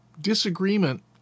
disagreement